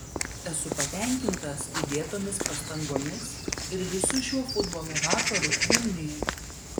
esu patenkintas įdėtomis pastangomis ir visu šiuo futbolo vakaru vilniuje